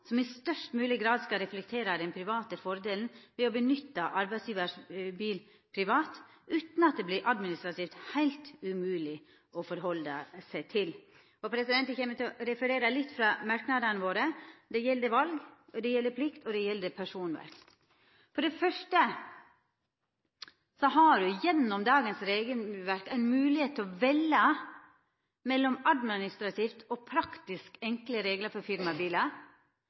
som i størst mogleg grad skal reflektera den private fordelen ved å nytta arbeidsgjevar sin bil privat, utan at det vert heilt umogleg å halda seg til administrativt. Eg kjem til å referera litt frå merknadene våre. Det gjeld val, det gjeld plikt, og det gjeld personvern. For det første har me gjennom dagens regelverk ei moglegheit til å velja mellom administrative og praktisk enkle reglar for firmabilar